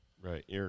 Right